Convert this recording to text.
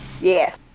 Yes